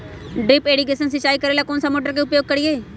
Drip irrigation सिंचाई करेला कौन सा मोटर के उपयोग करियई?